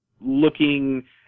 looking